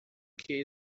que